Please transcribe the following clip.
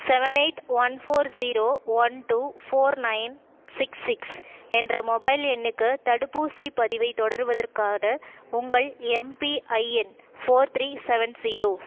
seven eight one four zero one two four nine six six என்ற mobile எண்ணுக்கு தடுப்பூசிப் பதிவைத் தொடர்வதற்கான உங்கள் MPIN four three seven zero